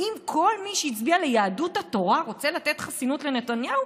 האם כל מי שהצביע ליהדות התורה רוצה לתת חסינות לנתניהו?